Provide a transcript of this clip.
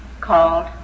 called